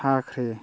ꯊꯥꯈ꯭ꯔꯦ